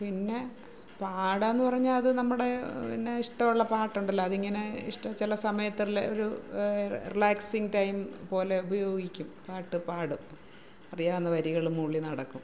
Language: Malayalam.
പിന്നെ പാടുകയെന്ന് പറഞ്ഞാൽ അത് നമ്മുടെ പിന്നെ ഇഷ്ടമുള്ള പാട്ടുണ്ടല്ലോ അതിങ്ങനെ ഇഷ്ടം ചില സമയത്തുള്ള ഒരു റീലാക്സിങ്ങ് ടൈം പോലെ ഉപയോഗിക്കും പാട്ടു പാടും അറിയാവുന്ന വരികൾ മൂളി നടക്കും